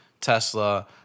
Tesla